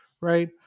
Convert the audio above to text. right